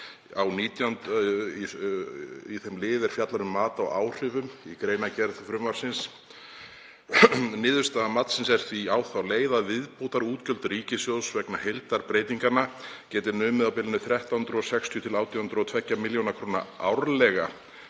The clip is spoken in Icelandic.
í þeim lið er fjallar um mat á áhrifum í greinargerð frumvarpsins: „Niðurstaða matsins er því á þá leið að viðbótarútgjöld ríkissjóðs vegna heildarbreytinganna geti numið á bilinu 1.360 til 1.802 millj. kr. árlega